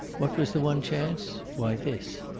what was the one chance? why, this!